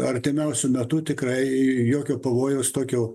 artimiausiu metu tikrai jokio pavojaus tokio